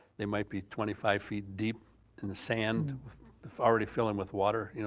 they might be twenty five feet deep in the sand already filling with water, you know